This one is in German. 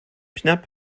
schnapp